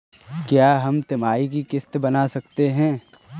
क्या हम तिमाही की किस्त बना सकते हैं?